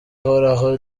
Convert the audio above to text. ihoraho